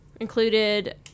Included